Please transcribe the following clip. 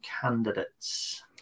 candidates